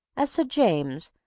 as sir james,